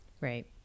right